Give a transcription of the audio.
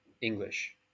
English